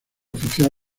oficial